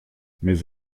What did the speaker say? mes